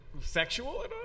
sexual